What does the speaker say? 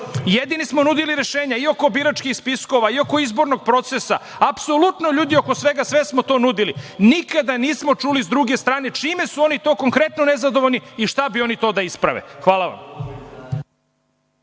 Jedini smo nudili rešenja, i oko biračkih spiskova i oko izbornog procesa, apsolutno oko svega. Sve smo nudili. Nikada nismo čuli s druge strane čime su oni to konkretno nezadovoljni i šta bi oni to da isprave. Hvala vam.